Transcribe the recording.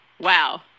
Wow